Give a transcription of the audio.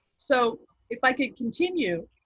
so if i could continue,